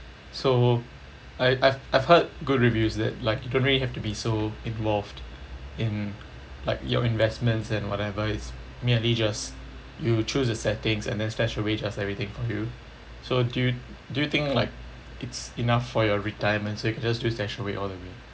so I I've I've heard good reviews that like you don't really have to be so involved in like your investments and whatever it's merely just you choose the settings and then StashAway does everything for you so do you do you think like it's enough for your retirement so you can just use StashAway all the way